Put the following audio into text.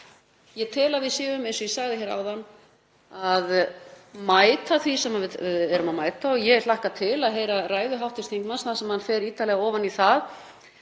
Ég tel að við séum, eins og ég sagði áðan, að mæta því sem við erum að mæta og ég hlakka til að heyra ræðu hv. þingmanns þar sem hann fer ítarlega ofan í það.